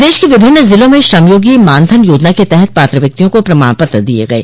प्रदेश के विभिन्न ज़िलों में श्रमयोगी मानधन योजना के तहत पात्र व्यक्तियों को प्रमाण पत्र दिये गये